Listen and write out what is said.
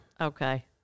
okay